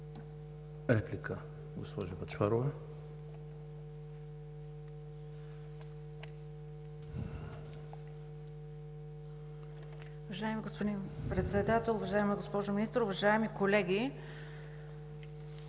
Реплика, госпожо Бъчварова.